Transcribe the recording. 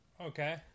Okay